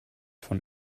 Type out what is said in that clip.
von